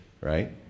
right